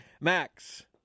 max